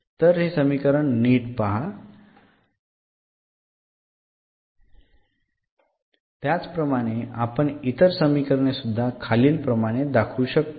तर हे समीकरण नीट पहा त्याचप्रमाणे आपण इतर समीकरणे सुध्दा खालीलप्रमाणे दाखवू शकतो